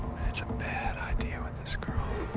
it's a bad idea with this girl.